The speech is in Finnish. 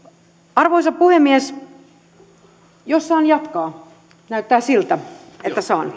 arvoisa puhemies jos saan jatkaa näyttää siltä että saan